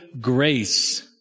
grace